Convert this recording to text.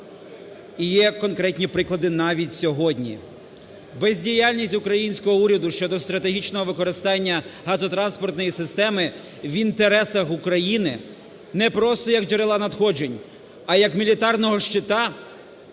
І є конкретні приклади навіть сьогодні. Бездіяльність українського уряду щодо стратегічного використання газотранспортної системи в інтересах України не просто як джерела надходжень, а як мілітарного щита,